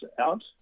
out